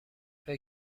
فکر